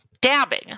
Dabbing